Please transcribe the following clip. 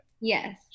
Yes